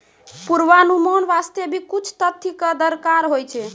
पुर्वानुमान वास्ते भी कुछ तथ्य कॅ दरकार होय छै